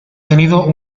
tenido